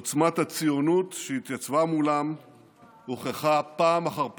עוצמת הציונות שהתייצבה מולם הוכחה פעם אחר פעם.